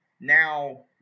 now